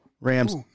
Rams